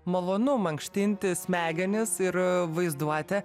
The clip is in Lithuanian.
malonu mankštinti smegenis ir vaizduotę